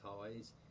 ties